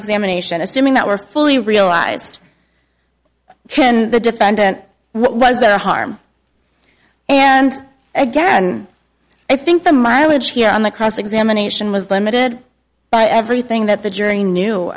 examination assuming that were fully realized the defendant was there harm and again i think the mileage here on the cross examination was limited by everything that the jury knew